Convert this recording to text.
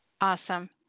Awesome